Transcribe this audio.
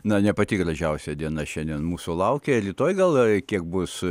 na ne pati gražiausia diena šiandien mūsų laukia rytoj gal kiek bus